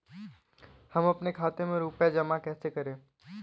हम अपने खाते में रुपए जमा कैसे करें?